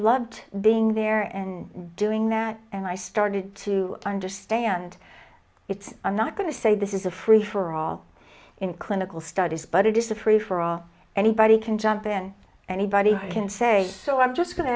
loved being there and doing that and i started to understand it's i'm not going to say this is a free for all in clinical studies but it is a free for all anybody can jump in anybody who can say so i'm just go